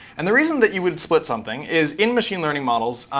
and the reason that you would split something is in machine learning models,